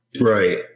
right